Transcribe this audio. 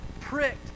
pricked